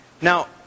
Now